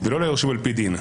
ולא ליורשים על-פי דין.